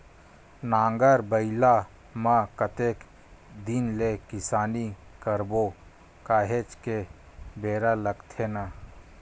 नांगर बइला म कतेक दिन ले किसानी करबो काहेच के बेरा लगथे न